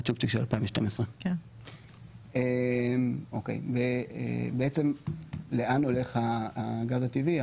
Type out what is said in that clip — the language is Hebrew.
הצ'ופצ'יק של 2012. אז בעצם לאן הולך הגז הטבעי?